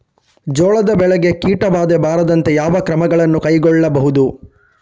ಜೋಳದ ಬೆಳೆಗೆ ಕೀಟಬಾಧೆ ಬಾರದಂತೆ ಯಾವ ಕ್ರಮಗಳನ್ನು ಕೈಗೊಳ್ಳಬಹುದು?